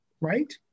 right